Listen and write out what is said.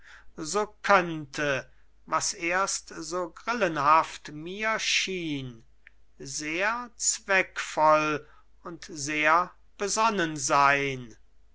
so könnte was erst so grillenhaft mir schien sehr zweckvoll und sehr besonnen sein